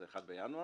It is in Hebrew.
זה 1 בינואר.